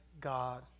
God